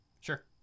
Sure